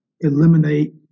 eliminate